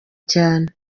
cyane